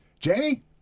Jamie